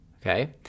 okay